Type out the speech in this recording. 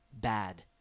bad